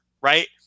right